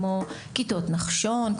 כמו כיתות נחשון,